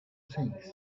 things